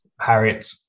Harriet